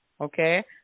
Okay